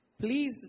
Please